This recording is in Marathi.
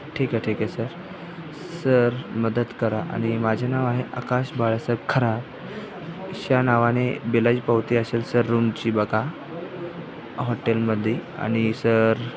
ठीक आहे ठीक आहे सर सर मदत करा आणि माझे नाव आहे आकाश बाळासाहेब खराळ या नावाने बिलाची पावती असेल सर रूमची बघा हॉटेलमध्ये आणि सर